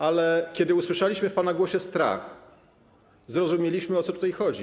Ale kiedy usłyszeliśmy w pana głosie strach, zrozumieliśmy, o co tutaj chodzi.